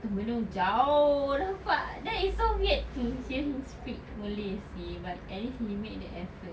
termenung jauh nampak then it's so weird to hear him speak malay seh but at least he made the effort